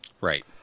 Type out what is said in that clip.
right